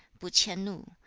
bu qian nu,